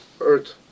earth